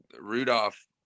Rudolph